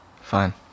Fine